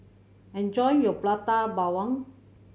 enjoy your Prata Bawang